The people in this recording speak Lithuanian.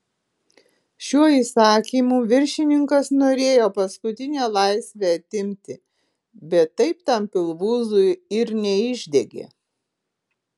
šiuo įsakymu viršininkas norėjo paskutinę laisvę atimti bet taip tam pilvūzui ir neišdegė